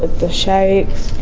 the shakes,